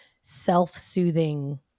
self-soothing